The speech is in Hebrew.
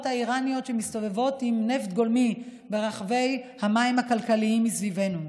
האיראניות שמסתובבות עם נפט גולמי ברחבי המים הכלכליים מסביבנו,